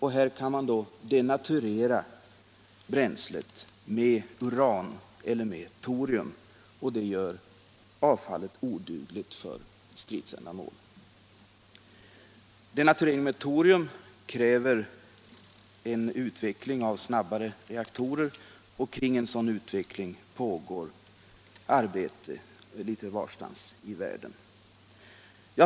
Här kan man denaturera bränslet med uran eller torium, och det gör avfallet odugligt för stridsändamål. Denaturering med torium kräver en utveckling av snabbare reaktorer, och kring en sådan utveckling pågår arbete litet varstans i världen.